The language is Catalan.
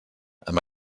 amb